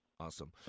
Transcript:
awesome